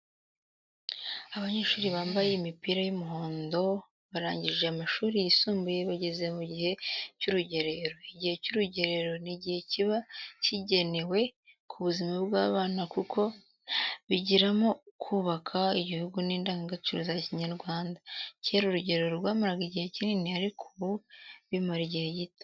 Abanyeshuri bambaye imipira y'umuhondo barangije amashuri y'isumbuye bageze mu gihe cy'urugerero, igihe cy'urugerero ni igihe kiba gikenewe ku buzima bw'abana kuko bigiramo kubaka igihugu n'indangagaciro za Kinyarwanda. Kera urugerero rwamaraga igihe kinini ariko ubu bimara igihe gito.